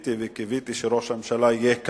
וציפיתי וקיוויתי שראש הממשלה יהיה כאן.